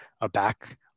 aback